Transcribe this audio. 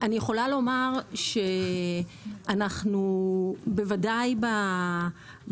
אני יכולה לומר שאנחנו, בוודאי בשנה